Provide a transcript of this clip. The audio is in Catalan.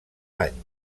anys